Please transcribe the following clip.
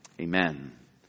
Amen